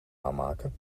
aanmaken